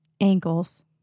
ankles